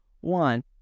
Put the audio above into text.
one